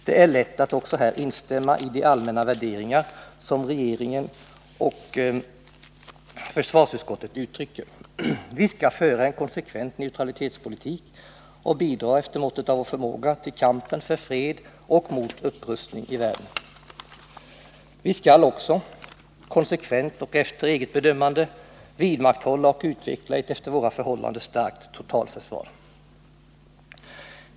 Det är lätt att också här instämma i de allmänna värderingar som regeringen och försvarsutskottet uttrycker. Vi skall föra en konsekvent neutralitetspolitik och bidra, efter måttet av vår förmåga, till kampen för fred och mot upprustning i världen. Vi skall också, konsekvent och efter eget bedömande, vidmakthålla och utveckla ett efter våra förhållanden starkt totalförsvar.